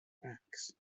backs